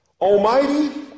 Almighty